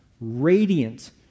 radiant